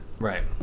Right